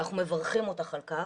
ואנחנו מברכים אותך על כך.